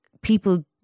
people